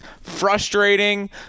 frustrating